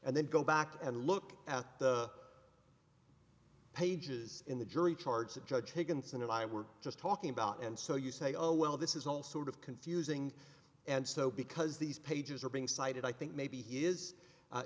and then go back and look at the pages in the jury charge that judge higginson and i were just talking about and so you say oh well this is all sort of confusing and so because these pages are being cited i think maybe he is